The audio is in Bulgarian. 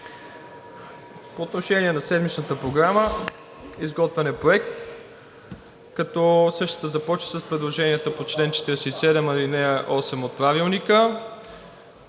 По отношение на седмичната програма. Изготвен е проект, като същата започва с предложенията по чл. 47, ал. 8 от Правилника.